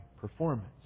performance